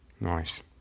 Nice